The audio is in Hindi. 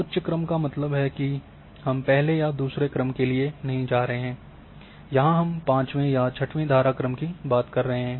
उच्च क्रम का मतलब है कि हम पहले या दूसरे क्रम के लिए नहीं जा रहे हैं यहां हम 5 वें या 6 वें धारा क्रम की बात कर रहे हैं